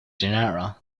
genera